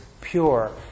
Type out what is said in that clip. pure